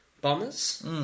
bombers